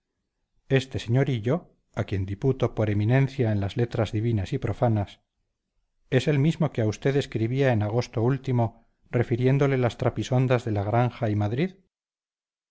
este sr hillo a quien diputo por eminencia en las letras divinas y profanas es el mismo que a usted escribía en agosto último refiriéndole las trapisondas de la granja y madrid